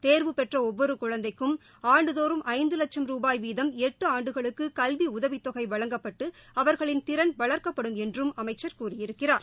தேர்வு பெற்ற ஒவ்வொரு குழந்தைக்கும் ஆண்டுதோறும் ஐந்து லட்சும் ரூபாய் வீதம் எட்டு ஆண்டுகளுக்கு கல்வி உதவித்தொகை வழங்கப்பட்டு அவர்களின் திறன் வளர்க்கப்படும் என்றும் அமைச்சர் கூறியிருக்கிறார்